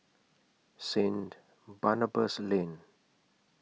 Saint Barnabas Lane